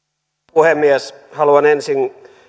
puhemies haluan ensin